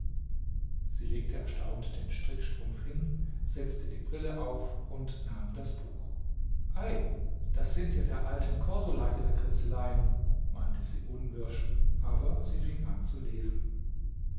sie legte erstaunt den strickstrumpf hin setzte die brille auf und nahm das buch ei das sind ja der alten cordula ihre kritzeleien meinte sie unwirsch aber sie fing an zu lesen